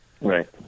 right